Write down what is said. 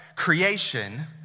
Creation